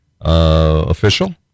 official